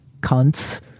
cunts